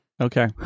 Okay